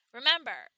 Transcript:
Remember